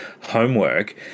homework